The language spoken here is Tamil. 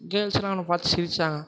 கேர்ள்ஸ்லாம் என்ன பார்த்து சிரிச்சாங்க